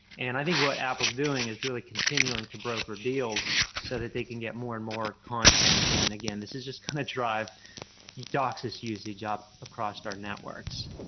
and i think what apple's doing is really continuing to broker deals so that they can get more and more content and again this is just kind of drive you docsis use the job across our networks,